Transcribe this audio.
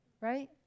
right